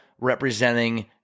representing